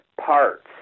parts